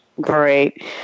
Great